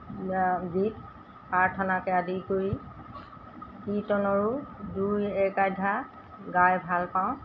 গীত প্ৰাৰ্থনাকে আদি কৰি কীৰ্তনৰো দুই একাইধ্যা গাই ভাল পাওঁ